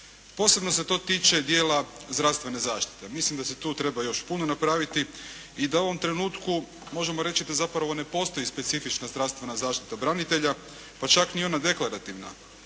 Posebno se to tiče dijela zdravstvene zaštite. Mislim da se tu treba još puno napraviti i da u ovom trenutku možemo reći da zapravo ne postoji specifična zdravstvena zaštita branitelja, pa čak ni ona deklarativna.